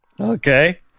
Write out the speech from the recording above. Okay